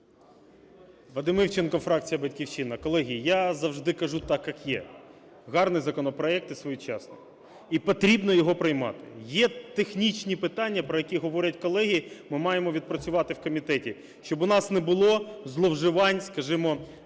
Вадим Івченко, фракція "Батьківщина". Колеги, я завжди кажу так, як є. Гарний законопроект і своєчасний. І потрібно його приймати. Є технічні питання, про які говорять колеги, ми маємо відпрацювати в комітеті. Щоб у нас не було зловживань, скажімо,